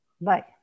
Bye